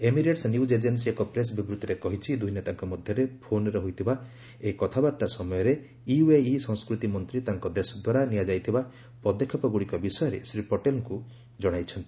Emirates news agency ଏକ press ବିବୃଭିରେ କହିଛି ଦୁଇ ନେତାଙ୍କ ମଧ୍ୟରେ ଫୋନ୍ରେ ହୋଇଥିବା ଏହି କଥାବାର୍ତ୍ତା ସମୟରେ ୟୁଏଇ ସଂସ୍କୃତି ମନ୍ତ୍ରୀ ତାଙ୍କ ଦେଶ ଦ୍ୱାରା ନିଆଯାଇଥିବା ପଦକ୍ଷେପଗୁଡ଼ିକ ବିଷୟରେ ଶ୍ରୀ ପଟେଲଙ୍କୁ ଜଣାଇଛନ୍ତି